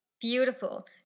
Beautiful